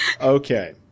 Okay